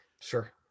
Sure